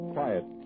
Quiet